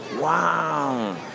Wow